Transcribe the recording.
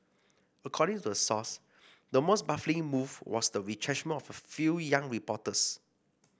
according to the source the most baffling move was the retrenchment of a few young reporters